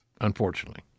Unfortunately